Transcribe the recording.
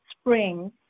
spring